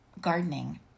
gardening